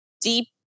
deep